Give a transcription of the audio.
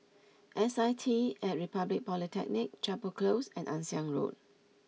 S I T at Republic Polytechnic Chapel Close and Ann Siang Road